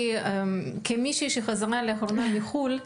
כי בתור מישהי שחזרה לאחרונה מחו"ל,